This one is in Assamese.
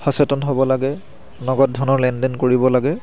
সচেতন হ'ব লাগে নগদ ধনৰ লেনদেন কৰিব লাগে